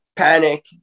panic